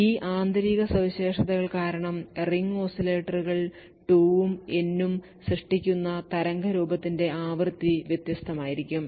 ഈ ആന്തരിക സവിശേഷതകൾ കാരണം റിംഗ് ഓസിലേറ്ററുകൾ 2 ഉം N ഉം സൃഷ്ടിക്കുന്ന തരംഗരൂപത്തിന്റെ ആവൃത്തി വ്യത്യസ്തമായിരിക്കും